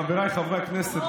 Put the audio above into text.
חבריי חברי הכנסת,